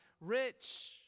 rich